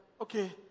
okay